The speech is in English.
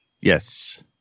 Yes